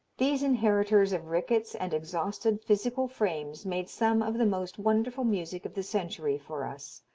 these inheritors of rickets and exhausted physical frames made some of the most wonderful music of the century for us.